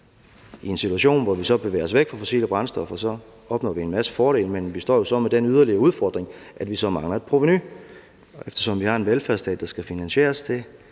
I en situation, hvor vi så bevæger os væk fra fossile brændstoffer, opnår vi en masse fordele, men vi står jo med den yderligere udfordring, at vi så mangler et provenu, og eftersom vi har en velfærdsstat, der skal finansieres –